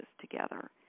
together